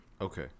Okay